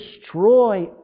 destroy